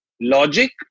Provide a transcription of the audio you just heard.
logic